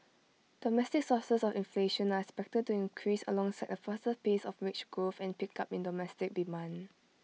domestic sources of inflation are expected to increase alongside A faster pace of wage growth and pickup in domestic demand